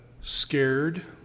scared